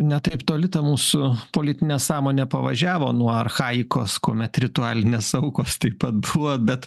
ne taip toli ta mūsų politinė sąmonė pavažiavo nuo archaikos kuomet ritualinės aukos taip pat buvo bet